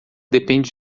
depende